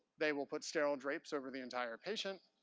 they will put sterile drapes over the entire patient.